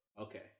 okay